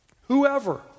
Whoever